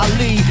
Ali